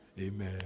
Amen